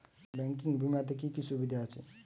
Banking বিমাতে কি কি সুবিধা আছে?